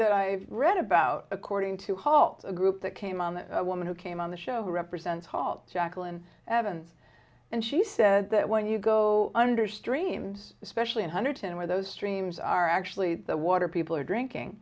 that i've read about according to halt the group that came on the woman who came on the show represents hall jacqueline evans and she said that when you go under streams especially in hundreds and where those streams are actually the water people are drinking